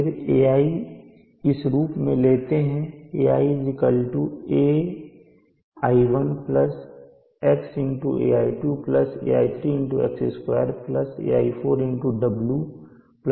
फिर Ai इस रूप मैं लेते हैं Ai ai1 xai2 ai3 x2 ai4 w ai5 w2